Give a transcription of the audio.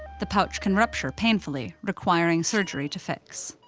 the pouch can rupture painfully requiring surgery to fix.